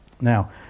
Now